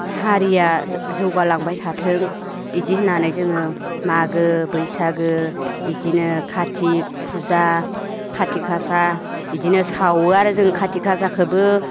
हारिया जौगालांबाय थाथों बिदि होननानै जोङो मागो बैसागु बिदिनो खाथिग फुजा खाथिगासा बिदिनो सावो आरो जों खाथिगासाखौबो